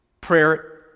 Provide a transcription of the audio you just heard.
prayer